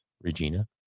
Regina